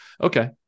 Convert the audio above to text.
okay